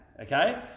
Okay